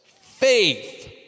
faith